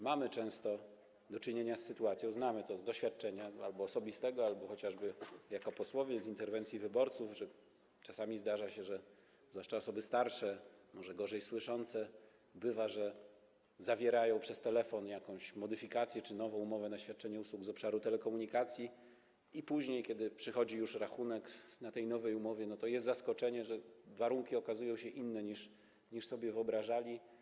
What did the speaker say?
Mamy często do czynienia z sytuacją, znamy to z doświadczenia albo osobistego, albo chociażby jako posłowie z interwencji wyborców, że czasami zdarza się, że zwłaszcza osoby starsze, może gorzej słyszące, dokonują przez telefon jakiejś modyfikacji czy zawierają nową umowę o świadczenie usług z obszaru telekomunikacji, a później, kiedy przychodzi już rachunek, to jest zaskoczenie, że warunki okazują się inne, niż sobie wyobrażali.